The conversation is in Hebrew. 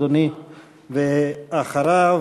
ואחריו,